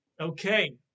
Okay